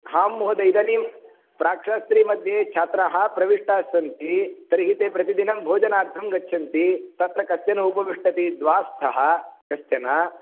हां महोदय इदानीं प्राक्शास्त्रीमध्ये छात्राः प्रविष्टास्सन्ति तर्हि ते प्रतिदिनं भोजनार्थं गच्छन्ति तत्र कश्चन उपविश्यति द्वास्थः कश्चन